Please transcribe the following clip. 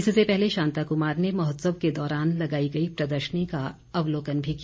इससे पहले शांता कुमार ने महोत्सव के दौरान लगाई गई प्रदर्शनी का अवलोकन भी किया